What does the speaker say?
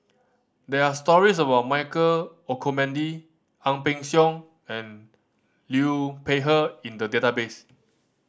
there are stories about Michael Olcomendy Ang Peng Siong and Liu Peihe in the database